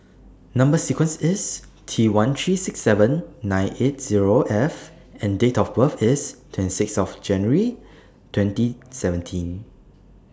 Number sequence IS T one three six seven nine eight Zero F and Date of birth IS twenty six January twenty seventeen